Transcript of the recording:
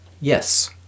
yes